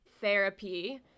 therapy